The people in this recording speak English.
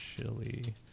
chili